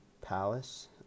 Palace